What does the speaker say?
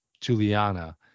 Juliana